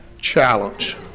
challenge